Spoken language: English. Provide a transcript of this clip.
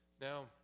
Now